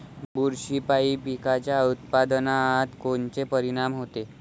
बुरशीपायी पिकाच्या उत्पादनात कोनचे परीनाम होते?